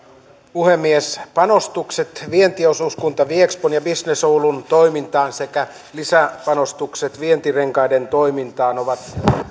puhemies panostukset vientiosuuskunta viexpon ja businessoulun toimintaan sekä lisäpanostukset vientirenkaiden toimintaan ovat